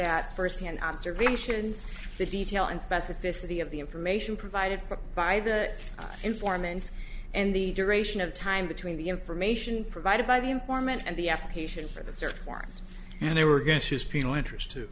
at first hand observations the detail and specificity of the information provided for by the informant and the duration of time between the information provided by the informant and the application for the search warrant and they were going to use penal interest to